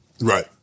Right